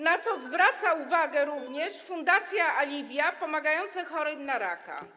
Na to zwraca uwagę również fundacja Alivia pomagająca chorym na raka.